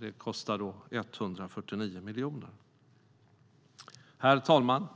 Detta kostar 149 miljoner. Herr talman!